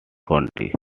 county